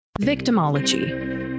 Victimology